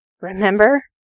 remember